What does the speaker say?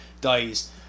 dies